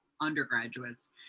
undergraduates